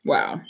Wow